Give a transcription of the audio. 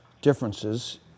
differences